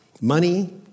Money